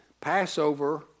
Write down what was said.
Passover